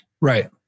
Right